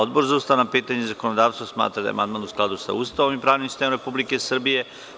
Odbor za ustavna pitanja i zakonodavstva smatra da je amandman u skladu sa Ustavom i pravnim sistemom Republike Srbije.